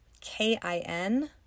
K-I-N